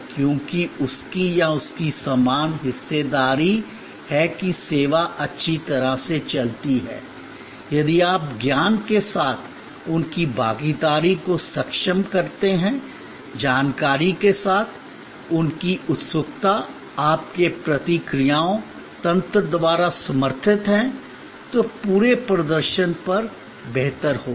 क्योंकि उसकी या उसकी भी समान हिस्सेदारी है कि सेवा अच्छी तरह से चलती है यदि आप ज्ञान के साथ उनकी भागीदारी को सक्षम करते हैं जानकारी के साथ उनकी उत्सुकता आपके प्रतिक्रिया तंत्र द्वारा समर्थित है तो पूरे प्रदर्शन पर बेहतर होगा